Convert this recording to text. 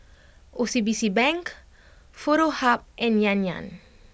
O C B C Bank Foto Hub and Yan Yan